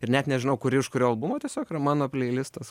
ir net nežinau kuri iš kurio buvo tiesiog yra mano pleilistas